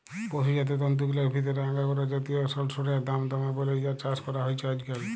পসুজাত তন্তুগিলার ভিতরে আঙগোরা জাতিয় সড়সইড়ার দাম দমে বল্যে ইয়ার চাস করা হছে আইজকাইল